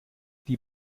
die